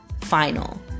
final